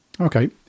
okay